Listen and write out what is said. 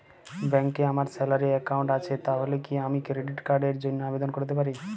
ব্যাংকে আমার salary account আছে তাহলে কি আমি ক্রেডিট কার্ড র জন্য আবেদন করতে পারি?